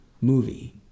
movie